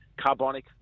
carbonic